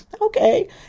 Okay